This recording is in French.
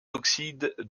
oxydes